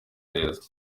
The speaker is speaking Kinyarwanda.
neza